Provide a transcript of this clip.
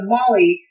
Molly